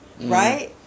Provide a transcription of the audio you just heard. Right